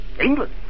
England